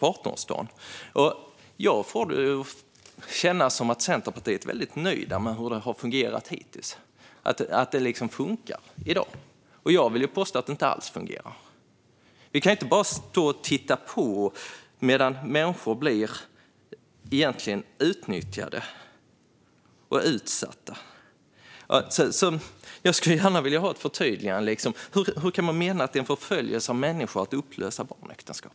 Jag tycker att det känns som att Centerpartiet är väldigt nöjda med hur det har fungerat hittills och tycker att det funkar i dag. Jag vill påstå att det inte alls fungerar. Vi kan inte bara stå och titta på medan människor blir utnyttjade och utsatta. Jag skulle alltså gärna vilja ha ett förtydligande: Hur kan man mena att det är förföljelse av människor att upplösa barnäktenskap?